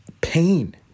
pain